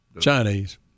Chinese